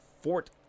Fort